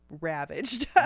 ravaged